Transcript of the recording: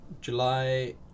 July